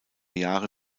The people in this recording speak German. jahre